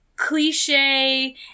cliche